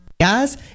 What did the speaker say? Guys